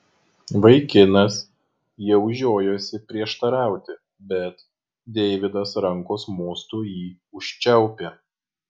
vaikinas jau žiojosi prieštarauti bet deividas rankos mostu jį užčiaupė